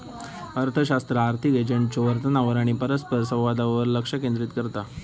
अर्थशास्त्र आर्थिक एजंट्सच्यो वर्तनावर आणि परस्परसंवादावर लक्ष केंद्रित करता